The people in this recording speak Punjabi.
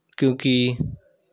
ਕਿਉਂਕਿ